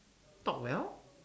talk well